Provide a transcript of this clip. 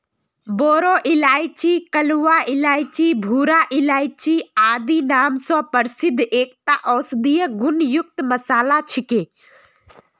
बोरो इलायची कलवा इलायची भूरा इलायची आदि नाम स प्रसिद्ध एकता औषधीय गुण युक्त मसाला छिके